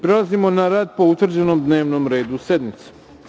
Prelazimo na rad po utvrđenom dnevnom redu sednice.